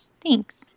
thanks